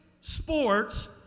sports